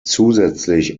zusätzlich